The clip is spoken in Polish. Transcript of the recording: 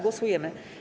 Głosujemy.